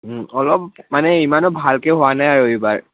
অলপ মানে ইমানো ভালকৈ হোৱা নাই আৰু এইবাৰ